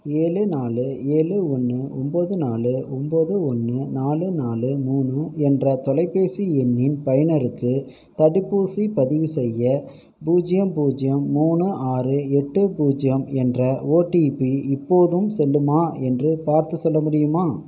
ஏழு நாலு ஏழு ஒன்று ஒம்பது நாலு ஒம்பது ஒன்று நாலு நாலு மூணு என்ற தொலைபேசி எண்ணின் பயனருக்கு தடுப்பூசி பதிவுசெய்ய பூஜ்ஜியம் பூஜ்ஜியம் மூணு ஆறு எட்டு பூஜ்ஜியம் என்ற ஓடிபி இப்போதும் செல்லுமா என்று பார்த்துச் சொல்ல முடியுமா